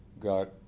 got